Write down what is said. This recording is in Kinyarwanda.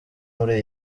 muri